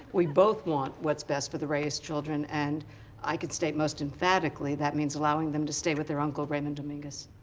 we both want what's best for the reyes children, and i can state most emphatically that means allowing them to stay with their uncle, raymond dominguez.